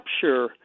capture